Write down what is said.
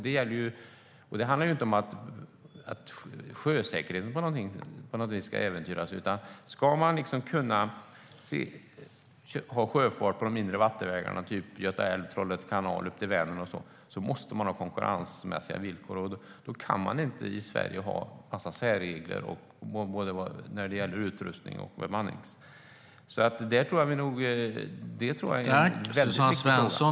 Det handlar inte om att sjösäkerheten på något sätt ska äventyras, utan ska man kunna ha överfart på de inre vattenvägarna från Göta älv och Trollhätte kanal ut i Vänern måste villkoren vara konkurrensmässiga. Då kan vi inte i Sverige ha särregler om utrustning och bemanning. Det tror jag är en väldigt viktig fråga.